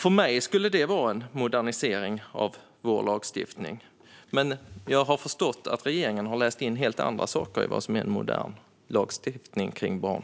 För mig skulle det vara en modernisering av vår lagstiftning, men jag har förstått att regeringen har läst in helt andra saker i vad som är en modern lagstiftning kring barn.